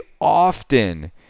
often